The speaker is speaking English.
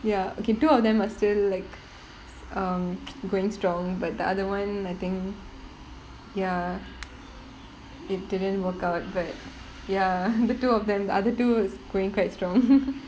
ya okay two of them are still like um going strong but the other one I think ya it didn't work out but ya the two of them the other two is going quite strong